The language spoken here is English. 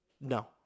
No